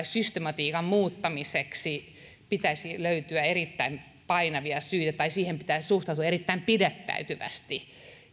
systematiikan muuttamiseen pitäisi löytyä erittäin painavia syitä tai siihen pitäisi suhtautua erittäin pidättäytyvästi